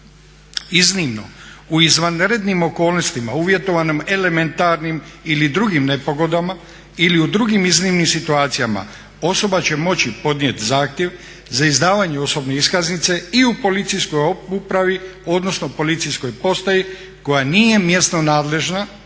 Iznimno u izvanrednim okolnostima uvjetovanim elementarnim ili drugim nepogodama ili u drugim iznimnim situacijama osoba će moći podnijeti zahtjev za izdavanje osobne iskaznice i u policijskoj upravi, odnosno policijskoj postaji koja nije mjesno nadležna